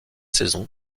saisons